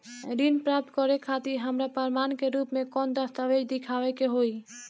ऋण प्राप्त करे खातिर हमरा प्रमाण के रूप में कौन दस्तावेज़ दिखावे के होई?